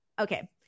Okay